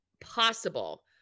possible